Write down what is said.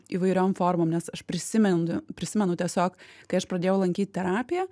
įvairiom formom nes aš prisimenu prisimenu tiesiog kai aš pradėjau lankyt terapiją